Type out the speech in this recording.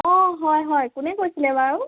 অঁ হয় হয় কোনে কৈছিলে বাৰু